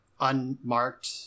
unmarked